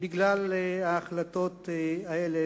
בגלל ההחלטות האלה.